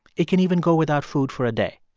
it can even go without food for a day.